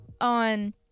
on